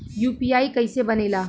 UPI कईसे बनेला?